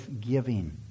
giving